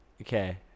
Okay